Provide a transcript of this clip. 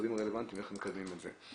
במשרדים הרלוונטיים איך מקדמים את זה.